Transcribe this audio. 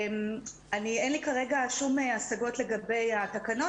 אין לי כרגע שום השגות לגבי התקנות